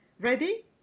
Ready